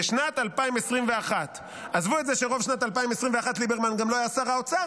בשנת 2021. עזבו את זה שרוב שנת 2021 ליברמן גם לא היה שר האוצר,